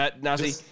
Nazi